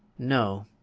no,